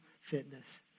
fitness